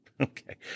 Okay